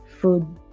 food